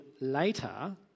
later